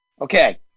Okay